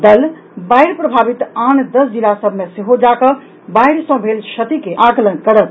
दल बाढ़ि प्रभावित आन दस जिला सभ मे सेहो जाकऽ बाढ़ि सॅ भेल क्षति के आकलन करत